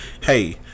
hey